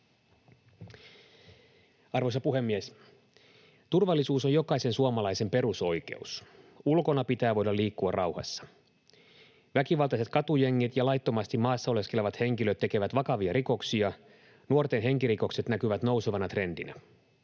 Arvoisa puhemies! Turvallisuus on jokaisen suomalaisen perusoikeus. Ulkona pitää voida liikkua rauhassa. Väkivaltaiset katujengit ja laittomasti maassa oleskelevat henkilöt tekevät vakavia rikoksia. Nuorten henkirikokset näkyvät nousevana trendinä.